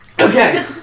Okay